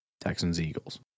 Texans-Eagles